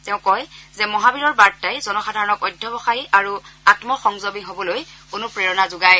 তেওঁ কয় যে মহাবীৰৰ বাৰ্তাই জনসাধাৰণক অধ্যাৱসায়ী আৰু আন্মসংজমী হবলৈ অনুপ্ৰেৰণা যোগায়